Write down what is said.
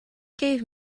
gave